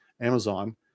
Amazon